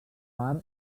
part